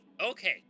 okay